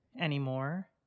anymore